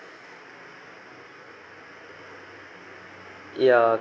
ya